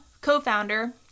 co-founder